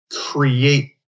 create